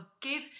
give